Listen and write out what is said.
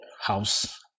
house